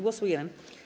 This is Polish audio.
Głosujemy.